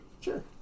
sure